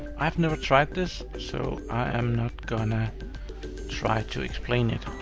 i've never tried this, so i am not gonna try to explain it,